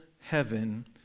heaven